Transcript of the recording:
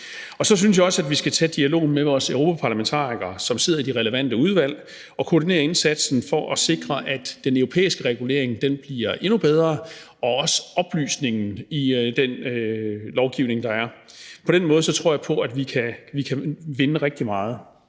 Så synes jeg også, at vi skal tage dialogen med vores europaparlamentarikere, som sidder i de relevante udvalg og koordinerer indsatsen for at sikre, at den europæiske regulering bliver endnu bedre og også oplysningen i den lovgivning, der er. På den måde tror jeg på, at vi kan vinde rigtig meget.